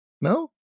no